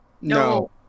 No